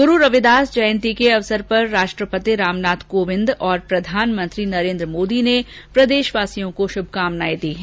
ग्रु रविदास जयंती के अवसर पर राष्ट्रपति रामनाथ कोविंद और प्रधानमंत्री नरेन्द्र मोदी ने लोगों को शुभकामनाएं दी हैं